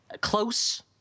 close